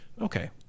okay